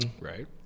Right